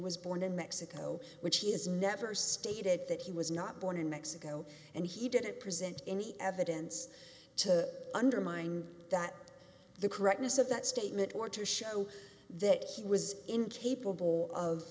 was born in mexico which he has never stated that he was not born in mexico and he didn't present any evidence to undermine that the correctness of that statement or to show that he was incapable of